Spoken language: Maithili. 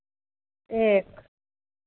एक